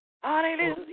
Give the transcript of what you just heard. Hallelujah